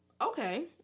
okay